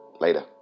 later